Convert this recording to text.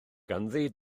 ganddi